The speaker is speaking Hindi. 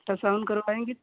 अल्ट्रासाउंड करवायेंगी